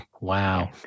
Wow